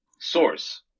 source